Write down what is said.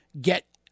get